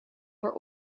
per